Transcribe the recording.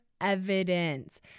evidence